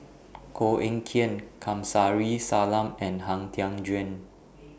Koh Eng Kian Kamsari Salam and Han Tan Juan